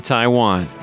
Taiwan